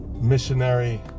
missionary